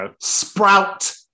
sprout